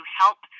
help